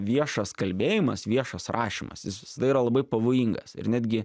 viešas kalbėjimas viešas rašymas jis visada yra labai pavojingas ir netgi